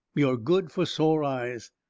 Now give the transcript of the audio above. you're good for sore eyes.